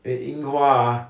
因为印花 ah